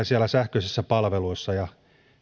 siellä sähköisissä palveluissa oli ongelmia ja